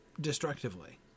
destructively